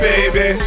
Baby